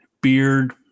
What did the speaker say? beard